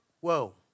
whoa